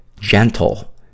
gentle